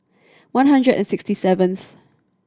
one hundred and sixty seventh